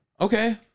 Okay